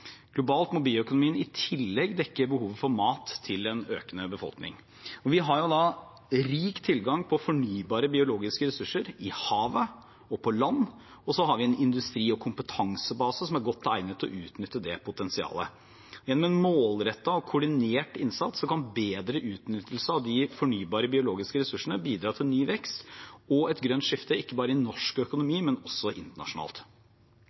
Globalt må bioøkonomien i tillegg dekke behovet for mat til en økende befolkning. Vi har rik tilgang på fornybare biologiske ressurser i havet og på land, og så har vi en industri- og kompetansebase som er godt egnet til å utnytte det potensialet. Gjennom en målrettet og koordinert innsats kan bedre utnyttelse av de fornybare biologiske ressursene bidra til ny vekst og et grønt skifte ikke bare i norsk økonomi, men også internasjonalt.